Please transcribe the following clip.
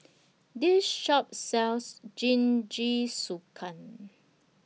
This Shop sells Jingisukan